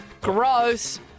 Gross